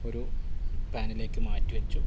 ഒരു പാനിലേക്ക് മാറ്റി വെച്ചു